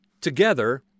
together